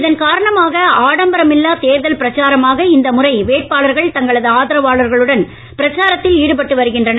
இதன் காரணமாக ஆடம்பரமில்லா தேர்தல் பிரச்சாரமாக இந்த முறை வேட்பாளர்கள் தங்களது ஆதரவாளர்களுடன் பிரச்சாரத்தில் ஈடுபட்டு வருகின்றனர்